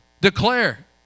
declare